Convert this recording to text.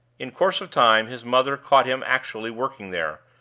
in course of time his mother caught him actually working there,